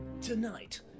Tonight